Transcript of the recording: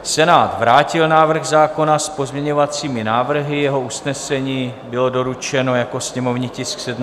Senát vrátil návrh zákona s pozměňovacími návrhy, jeho usnesení bylo doručeno jako sněmovní tisk 799/6.